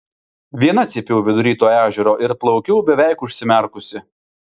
viena cypiau vidury to ežero ir plaukiau beveik užsimerkusi